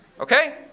Okay